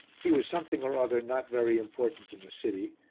he was something or other not very important in the city,